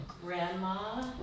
Grandma